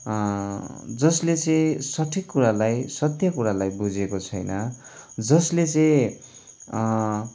जसले चाहिँ सठिक कुरालाई सत्य कुरालाई बुझेको छैन जसले चाहिँ